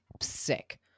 sick